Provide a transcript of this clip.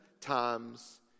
times